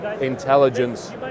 intelligence